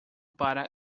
para